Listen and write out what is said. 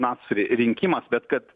finansų ri rinkimas bet kad